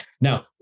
Now